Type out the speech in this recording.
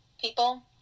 people